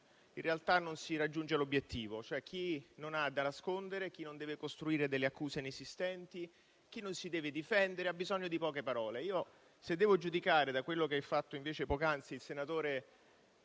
in realtà non si raggiunge l'obiettivo; chi non ha da nascondere, chi non deve costruire accuse inesistenti, chi non si deve difendere ha bisogno di poche parole. Se devo giudicare quello che ha fatto invece poc'anzi il presidente